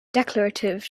declarative